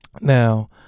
Now